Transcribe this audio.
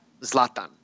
Zlatan